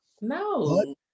No